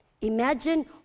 Imagine